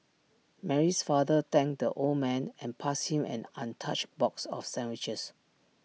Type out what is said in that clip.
Mary's father thanked the old man and passed him an untouched box of sandwiches